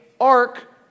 Ark